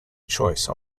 choice